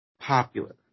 popular